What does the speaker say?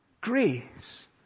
grace